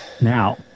Now